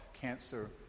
Cancer